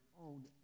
own